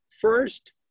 first